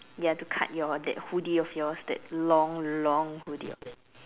ya to cut your that hoodie of yours that long long hoodie